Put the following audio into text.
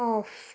off